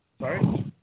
Sorry